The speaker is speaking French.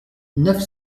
neuf